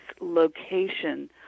location